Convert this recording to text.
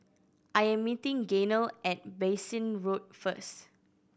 I am meeting Gaynell at Bassein Road first